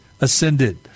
ascended